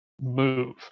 move